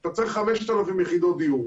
אתה צריך 5,000 יחידות דיור,